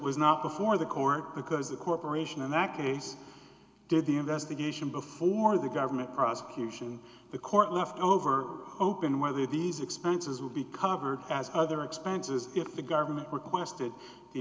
was not before the court because the corporation in that case did the investigation before the government prosecution the court left over open whether these expenses would be covered as other expenses if the government requested the